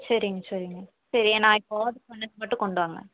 சரிங்க சரிங்க சரி நான் இப்போ ஆர்டர் பண்ணது மட்டும் கொண்டுவாங்க